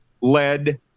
led